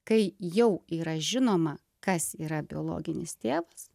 kai jau yra žinoma kas yra biologinis tėvas